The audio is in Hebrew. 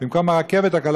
במקום הרכבת הקלה,